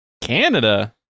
Canada